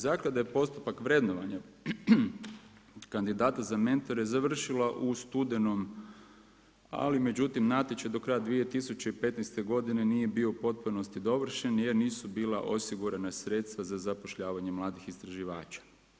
Zaklada je postupak vrednovanja kandidata za mentore završila u studenom, ali međutim natječaj do kraja 2015. godine nije bio u potpunosti dovršen jer nisu bila osigurana sredstva za zapošljavanje mladih istraživača.